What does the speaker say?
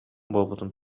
буолбутун